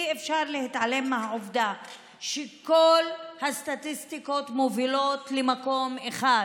אי-אפשר להתעלם מהעובדה שכל הסטטיסטיקות מובילות למקום אחד: